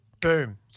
Boom